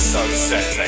Sunset